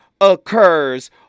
occurs